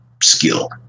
skill